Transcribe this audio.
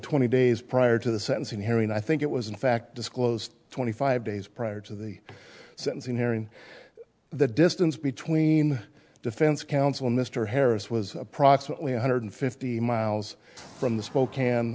twenty days prior to the sentencing hearing i think it was in fact disclosed twenty five days prior to the sentencing hearing that distance between defense counsel mr harris was approximately one hundred fifty miles from the spokane